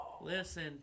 Listen